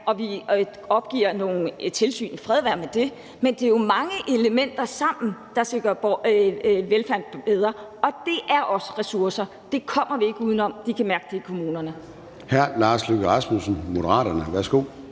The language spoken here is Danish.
at vi opgiver et tilsyn. Fred være med det, men det er jo mange elementer sammen, der skal gøre velfærden bedre. Det er også ressourcer; det kommer vi ikke udenom. De kan mærke det i kommunerne. Kl. 13:49 Formanden (Søren Gade): Hr. Lars Løkke Rasmussen, Moderaterne. Værsgo.